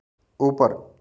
ऊपर